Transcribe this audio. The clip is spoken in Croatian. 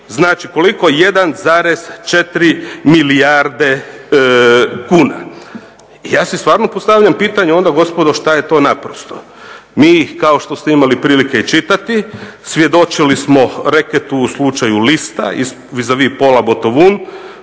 znači koliko 1,4 milijarde kuna. Ja si stvarno postavljam pitanje onda gospodo šta je to naprosto. Mi kao što ste imali prilike i čitati svjedočili smo reketu u slučaju Lista vis a vis pola botovun.